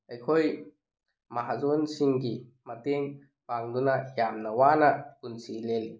ꯑꯩꯈꯣꯏ ꯃꯍꯥꯖꯣꯟꯁꯤꯡꯒꯤ ꯃꯇꯦꯡ ꯄꯥꯡꯗꯨꯅ ꯌꯥꯝꯅ ꯋꯥꯅ ꯄꯨꯟꯁꯤ ꯂꯦꯜꯂꯤ